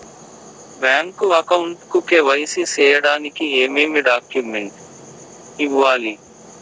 Bank account కు KYC సేయడానికి ఏమేమి డాక్యుమెంట్ ఇవ్వాలి?